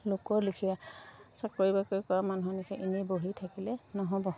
লোকৰ লেখীয়া চাকৰি বাকৰি কৰা মানুহৰ লেখীয়া এনেই বহি থাকিলে নহ'ব